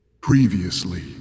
Previously